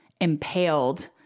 impaled